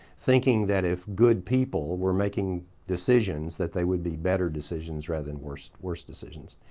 thinking that if good people were making decisions that they would be better decisions rather than worse worse decisions.